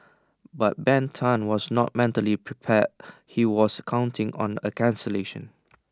but Ben Tan was not mentally prepared he was counting on A cancellation